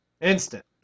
Instant